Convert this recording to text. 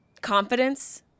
confidence